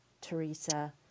Teresa